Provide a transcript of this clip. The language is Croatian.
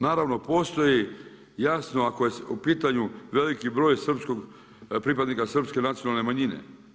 Naravno postoji jasno, ako je u pitanju veliki broj srpskog, pripadnika srpske nacionalne manjine.